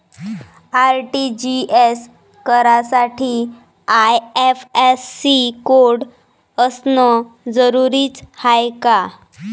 RTGS करासाठी IFSC code असनं जरुरीच हाय का?